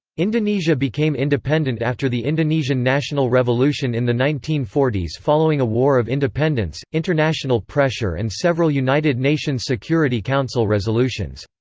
indonesia became independent after the indonesian national revolution in the nineteen forty s following a war of independence, international pressure and several united nations security council resolutions.